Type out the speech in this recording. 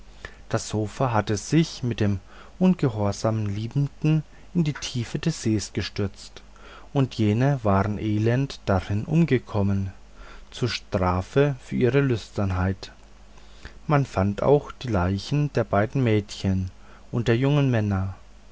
das sofa hatte sich mit den ungehorsamen liebenden in die tiefe des sees gestürzt und jene waren elend darin umgekommen zur strafe für ihre lüsternheit man fand auch die leichen der beiden mädchen und der jungen männer